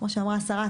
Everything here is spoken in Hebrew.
כמו שאמרה השרה,